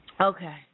Okay